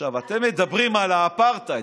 אתם מדברים על האפרטהייד.